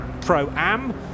pro-am